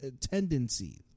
tendencies